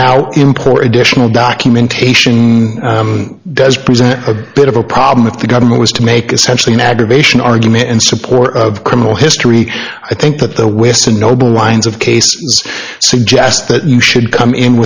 now import vishal documentation does present a bit of a problem if the government is to make essential in aggravation argument in support of criminal history i think that the west and noble lines of case suggest that you should come in